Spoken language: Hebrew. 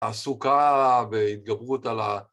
הסוכה והתגברות על ה...